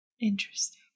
Interesting